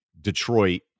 Detroit